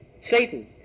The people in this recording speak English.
Satan